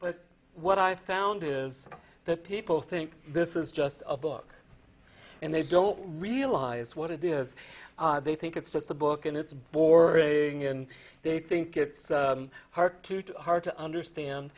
but what i've found is that people think this is just a book and they don't realize what it is they think it's that the book and it's boring and they think it's hard to do hard to understand